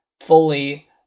fully